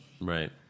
Right